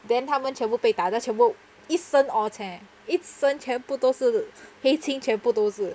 then 他们全部被打的全部一身 orh cheh 一身全部都是黑青全部都是